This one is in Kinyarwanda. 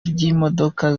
ry’imodoka